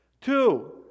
Two